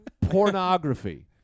Pornography